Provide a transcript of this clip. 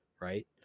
right